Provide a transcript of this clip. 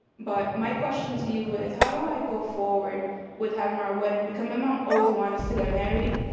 but my question to you is, how do i go forward with having our wedding? because my mom always wanted us to get married.